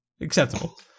Acceptable